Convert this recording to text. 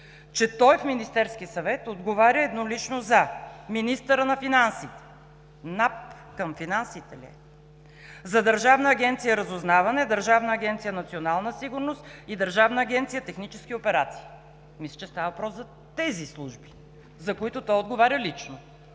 че той в Министерския съвет отговаря еднолично за: министъра на финансите – НАП към финансите ли е? – Държавна агенция „Разузнаване“, Държавна агенция „Национална сигурност“ и Държавна агенция „Технически операции“. Мисля, че става въпрос за тези служби, за които той отговаря лично.